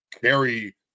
carry